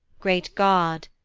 great god,